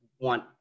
want